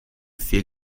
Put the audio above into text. vier